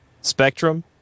Spectrum